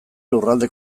lurralde